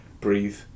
breathe